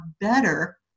better